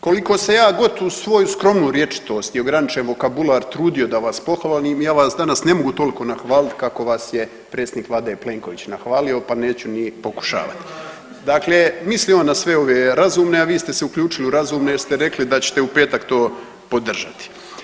Koliko se ja god u svoju skromnu rječitost i ograničen vokabular trudio da vas pohvalim ja vas danas ne mogu toliko nahvalit kako vas je predsjednik vlade Plenković nahvalio, pa neću ni pokušavati. … [[Upadica iz klupe se ne razumije]] Dakle, misli on na sve ove razumne, a vi ste se uključili u razumne jer ste rekli da ćete u petak to podržati.